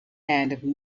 and